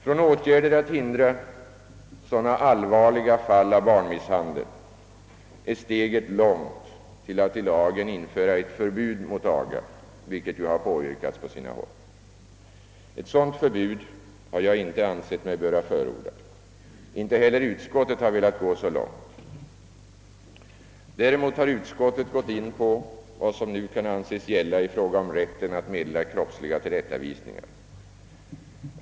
Från åtgärder att hindra sådana allvarliga fall av barnmisshandel är steget långt till att i lagen införa ett förbud mot aga, vilket ju har påyrkats på sina håll. Ett sådant förbud har jag inte ansett mig böra förorda. Inte heller utskottet har velat gå så långt. Däremot har utskottet gått in på vad som nu kan an ses gälla i fråga om rätten att meddela kroppsliga tillrättavisningar.